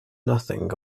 nothing